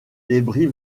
débris